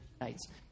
nights